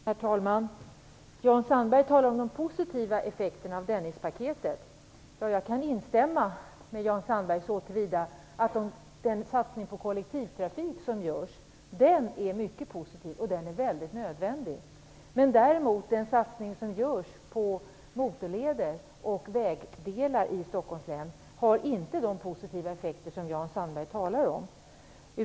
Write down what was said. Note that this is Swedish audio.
Herr talman! Jan Sandberg talar om de positiva effekterna av Dennispaketet. Jag kan instämma med Jan Sandberg så till vida att den satsning på kollektivtrafik som görs är mycket positiv och nödvändig. Den satsning som görs på motorleder och vägdelar i Stockholms län har däremot inte de positiva effekter som Jan Sandberg talar om.